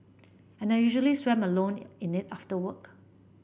and I usually swam alone in it after work